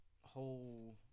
whole